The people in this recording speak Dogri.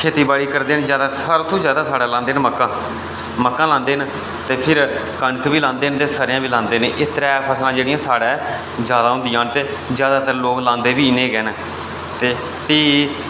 खेतीबाड़ी करदे न जैदा सबतूं जैदा साढ़े लांदे न मक्कां मक्कां लांदे न ते फिर कनक बी लांदे न ते स'रेआं बी लांदे न एह् त्रै फसलां जेह्ड़िया साढ़ै जैदा होंदियां न ते जैदातर लोक लांदे बी इनें गी न ते भी